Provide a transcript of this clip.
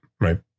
right